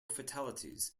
fatalities